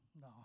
No